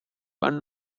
one